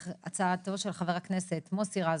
והצעתם של חבר הכנסת מוסי רז,